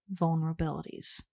vulnerabilities